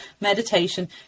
meditation